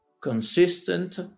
consistent